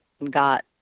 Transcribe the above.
got